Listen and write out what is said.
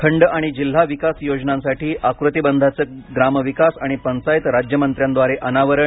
खंड आणि जिल्हा विकास योजनांसाठी आकृतीबंधाचं ग्राम विकास आणि पंचायत राज्य मंत्र्यांद्वारे अनावरण